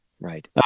Right